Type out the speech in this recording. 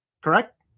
correct